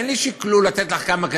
אין לי שקלול לתת לך כמה,